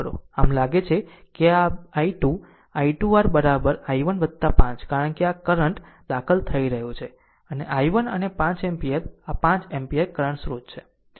આમ લાગે છે કે આ I2 આI2 r I1 5 કારણ કે આ કરંટ દાખલ થઈ રહ્યો છે અને I1 અને 5 એમ્પીયર આ 5 એમ્પીયર કરંટ સ્રોત છે